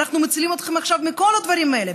אנחנו מצילים אתכם עכשיו מכל הדברים האלה,